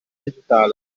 digitale